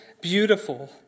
Beautiful